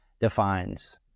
defines